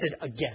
again